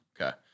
Okay